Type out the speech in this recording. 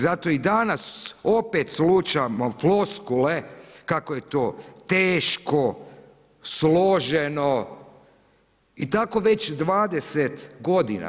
Zato i danas opet slušamo floskule kako je to teško, složeno i tako već 20 godina.